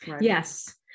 yes